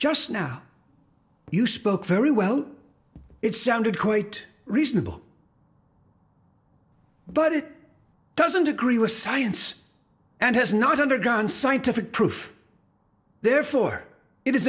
just now you spoke very well it sounded quite reasonable but it doesn't agree with science and has not undergone scientific proof therefore it is